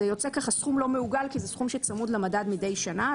זה יוצא סכום לא מעוגל כי זה סכום שצמוד למדד מדי שנה.